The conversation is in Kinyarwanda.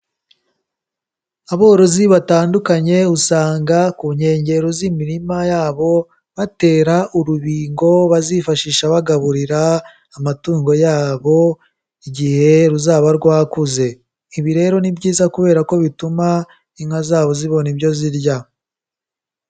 Aborozi batandukanye usanga ku nkengero z'imirima yabo batera urubingo bazifashisha bagaburira amatungo yabo igihe ruzaba rwakuze, ibi rero ni byiza kubera ko bituma inka zabo zibona ibyo zirya.